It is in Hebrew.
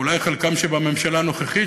אולי חלקם בממשלה הנוכחית,